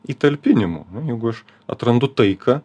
įtalpinimu jeigu aš atrandu taiką